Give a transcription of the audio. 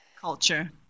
culture